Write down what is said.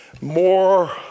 more